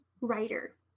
writer